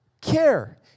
care